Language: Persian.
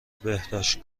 بهداشت